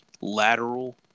lateral